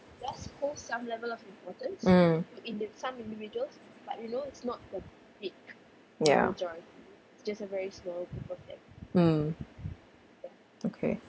mm ya mm okay